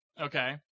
okay